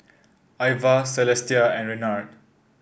Ivah Celestia and Renard